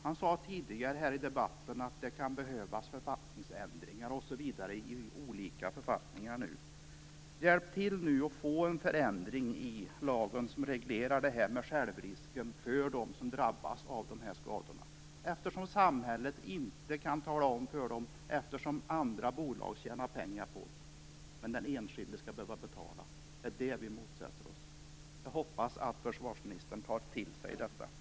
Han sade tidigare här i debatten att det nu kan behövas författningsändringar osv. Hjälp till, så att det blir en förändring i lagen som reglerar detta med självrisken för dem som drabbas av dessa skador! Samhället kan ju inte tala om för dem hur det är. Andra bolag tjänar pengar på detta, men den enskilde skall behöva betala. Det motsätter vi oss. Jag hoppas att försvarsministern tar till sig detta. Tack!